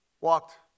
walked